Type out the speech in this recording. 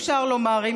אפשר לומר,